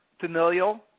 familial